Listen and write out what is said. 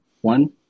one